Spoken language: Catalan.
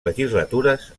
legislatures